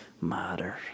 matter